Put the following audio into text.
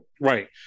right